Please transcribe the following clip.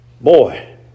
boy